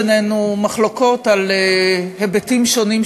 ביתם ומבטחם של